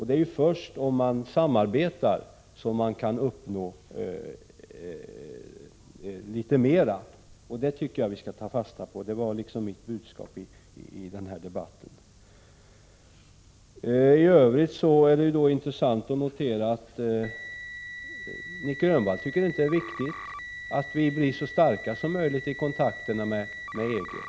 Det är ju först om man samarbetar som man kan uppnå litet mera. Det tycker jag att vi skall ta fasta på — det var så att säga mitt budskap i den här debatten. I övrigt är det intressant att notera att Nic Grönvall inte tycker att det är viktigt att vi blir så starka som möjligt i kontakterna med EG.